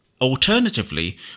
Alternatively